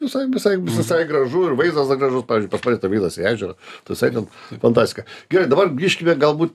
visai visai visai gražu ir vaizdas da gražus pavyzdžiui pas mane tai vaizdas į ežerą tai visai ten fantasika gerai dabar grįžkime galbūt